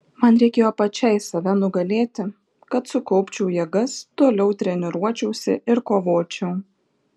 man reikėjo pačiai save nugalėti kad sukaupčiau jėgas toliau treniruočiausi ir kovočiau